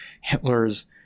Hitler's